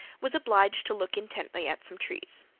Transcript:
was obliged to look intently at some trees.